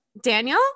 Daniel